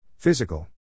Physical